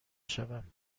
شوم